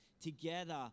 Together